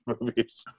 movies